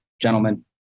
gentlemen